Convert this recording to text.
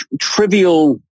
trivial